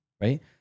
Right